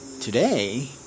today